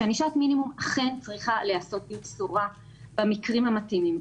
שענישת מינימום אכן צריכה להיעשות במשורה במקרים המתאימים,